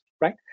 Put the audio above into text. right